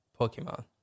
pokemon